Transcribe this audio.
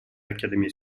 academy